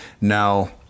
Now